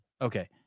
Okay